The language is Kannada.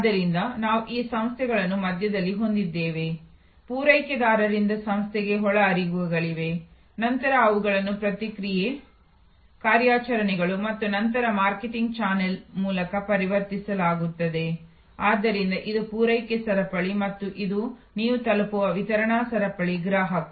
ಆದ್ದರಿಂದ ನಾವು ಈ ಸಂಸ್ಥೆಯನ್ನು ಮಧ್ಯದಲ್ಲಿ ಹೊಂದಿದ್ದೇವೆ ಪೂರೈಕೆದಾರರಿಂದ ಸಂಸ್ಥೆಗೆ ಒಳಹರಿವುಗಳಿವೆ ನಂತರ ಅವುಗಳನ್ನು ಪ್ರಕ್ರಿಯೆ ಕಾರ್ಯಾಚರಣೆಗಳು ಮತ್ತು ನಂತರ ಮಾರ್ಕೆಟಿಂಗ್ ಚಾನೆಲ್ ಮೂಲಕ ಪರಿವರ್ತಿಸಲಾಗುತ್ತದೆ ಆದ್ದರಿಂದ ಇದು ಪೂರೈಕೆ ಸರಪಳಿ ಮತ್ತು ಇದು ನೀವು ತಲುಪುವ ವಿತರಣಾ ಸರಪಳಿ ಗ್ರಾಹಕ